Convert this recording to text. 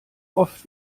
oft